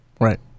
Right